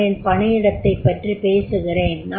நான் என் பணியிடத்தைப்ற்றி பேசுகிறேன்